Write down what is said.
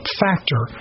factor